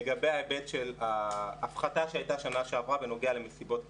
לגבי ההיבט של ההפחתה שהייתה בשנה שעברה בנוגע למסיבות כיתתיות.